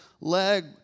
leg